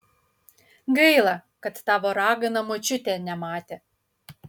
gaila kad tavo ragana močiutė nematė